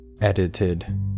Edited